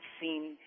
seen